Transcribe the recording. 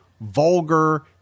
vulgar